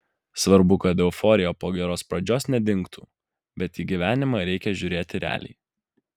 svarbu kad euforija po geros pradžios nedingtų bet į gyvenimą reikia žiūrėti realiai